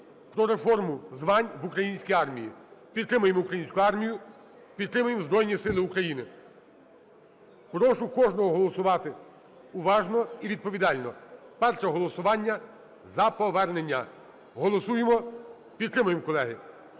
про реформу звань в українській армії. Підтримаємо українську армію, підтримаємо Збройні Сили України. Прошу кожного голосувати уважно і відповідально. Перше голосування - за повернення. Голосуємо. Підтримуємо, колеги.